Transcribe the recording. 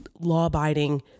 law-abiding